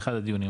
באחד הדיונים,